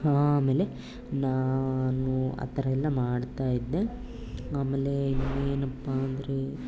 ಆಮೇಲೆ ನಾನು ಆ ಥರ ಎಲ್ಲ ಮಾಡ್ತಾಯಿದ್ದೆ ಆಮೇಲೇ ಇನ್ನೇನಪ್ಪ ಅಂದರೆ